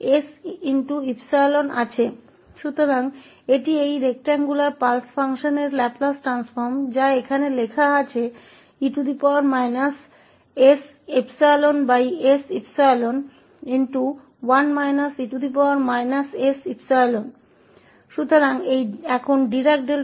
तो यह इस आयताकार पल्स फ़ंक्शन का लाप्लास ट्रांसफॉर्म है जो यहां लिखा गया है e sas𝜖1 e s𝜖